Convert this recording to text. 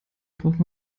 braucht